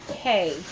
hey